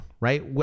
right